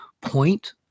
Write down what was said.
point